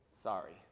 sorry